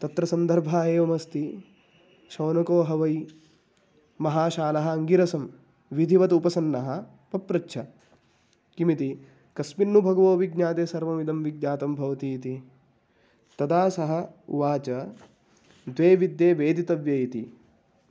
तत्र सन्दर्भः एवमस्ति शोनको ह वै महाशालः अङ्गिरसं विधिवत् उपसन्नः पप्रच्छ किमिति कस्मिन् भगवो विज्ञाते सर्वमिदं विज्ञातं भवति इति तदा सः उवाच द्वे विद्ये वेदितव्ये इति